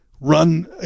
run